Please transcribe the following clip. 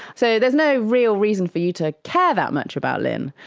so there's no real reason for you to care that much about lynne.